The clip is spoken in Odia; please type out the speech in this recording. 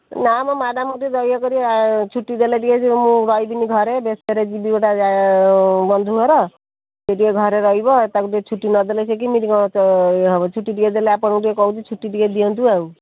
ନା ମ ମ୍ୟାଡ଼ାମ୍ ଟିକିଏ ଦୟାକରି ଛୁଟି ଦେଲେ ଟିକିଏ ମୁଁ ରହିବିନି ଘରେ ବ୍ୟସ୍ତରେ ଯିବି ଗୋଟେ ବନ୍ଧୁ ଘର ସିଏ ଟିକିଏ ଘରେ ରହିବ ତାକୁ ଟିକିଏ ଛୁଟି ନଦେଲେ ସିଏ କେମିତି କ'ଣ ଇଏ ହେବ ଛୁଟି ଟିକିଏ ଦେଲେ ଆପଣଙ୍କୁ ଟିକିଏ କହୁଛି ଛୁଟି ଟିକିଏ ଦିଅନ୍ତୁ ଆଉ